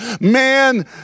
man